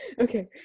Okay